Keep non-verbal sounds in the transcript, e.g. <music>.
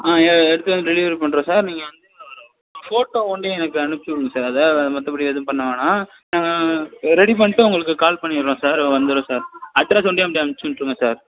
ஆ எடுத்து வந்து டெலிவரி பண்ணுறோம் சார் நீங்கள் வந்து <unintelligible> ஃபோட்டோ மட்டும் எனக்கு அனுப்பிச்சு விடுங்க சார் அது மற்றப்படி எதுவும் பண்ண வேணாம் ரெடி பண்ணிட்டு உங்குளுக்கு கால் பண்ணிடுறோம் சார் வந்துடும் சார் அட்ரெஸ் வந்து அப்படியே அனுப்பிச்சுவுட்றுங்க சார்